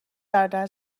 برادر